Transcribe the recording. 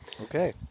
Okay